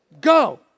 go